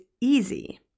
easy